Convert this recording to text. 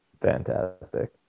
fantastic